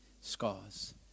scars